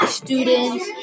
students